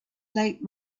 late